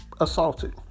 assaulted